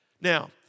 Now